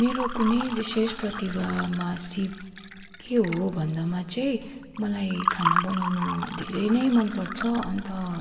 मेरो कुनै विशेष प्रतिभामा सिप के हो भन्दामा चाहिँ मलाई खाना बनाउनु धेरै नै मनपर्छ अन्त